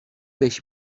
beş